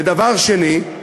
ודבר שני,